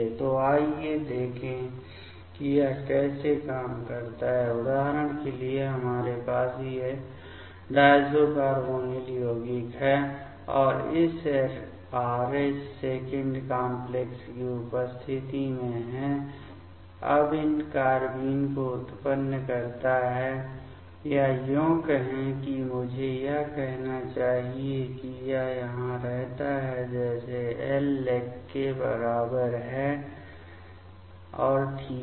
तो आइए देखें कि यह कैसे काम करता है उदाहरण के लिए हमारे पास ये डायज़ो कार्बोनिल यौगिक हैं और इस Rh कॉम्प्लेक्स की उपस्थिति में हैं यह इन कार्बेन को उत्पन्न करता है या यों कहें कि मुझे यह कहना चाहिए कि यह यहाँ रहता है जैसे L लेग के बराबर है और ठीक है